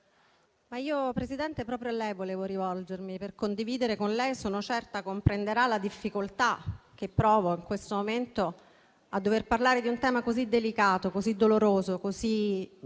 Signor Presidente, proprio a lei volevo rivolgermi per condividere con lei, che sono certa mi comprenderà, la difficoltà che provo in questo momento a dover parlare di un tema così delicato, così doloroso, così